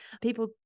people